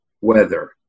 weather